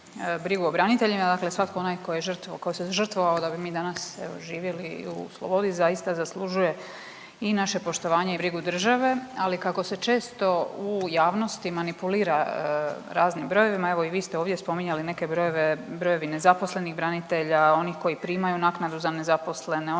brigu o braniteljima, dakle svatko onaj tko se žrtvovao evo danas živjeli u slobodi zaista zaslužuje i naše poštovanje i brigu države, ali kako se često u javnosti manipulira raznim brojevima, evo i vi ste ovdje spominjali neke brojeve, brojevi nezaposlenih branitelja, oni koji primaju naknadu za nezaposlene,